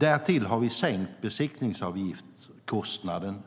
Därtill har vi sänkt avgiften